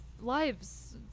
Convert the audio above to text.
Lives